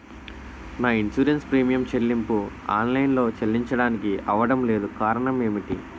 నా insurance premium చెల్లింపు online లో చెల్లించడానికి అవ్వడం లేదు కారణం ఏమిటి?